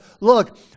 look